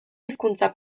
hizkuntza